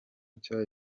nshya